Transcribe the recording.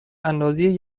اندازی